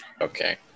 Okay